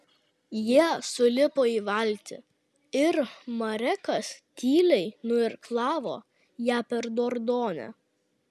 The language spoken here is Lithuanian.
jie sulipo į valtį ir marekas tyliai nuirklavo ją per dordonę